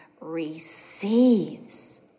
receives